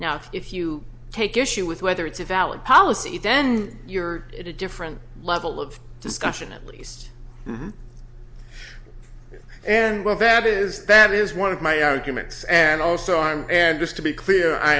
now if you take issue with whether it's a valid policy then you're it a different level of discussion at least and well that is that is one of my arguments and also i'm and just to be clear i